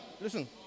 Listen